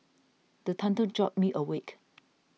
the thunder jolt me awake